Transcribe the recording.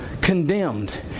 condemned